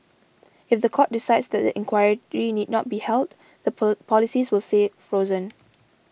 if the court decides that the inquiry need not be held the policies will stay frozen